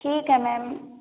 ठीक है मैम